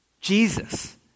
Jesus